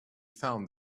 found